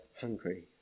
hungry